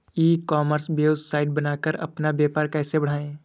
ई commerce website बनाकर अपना व्यापार कैसे बढ़ाएँ?